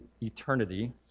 eternity